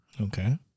okay